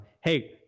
Hey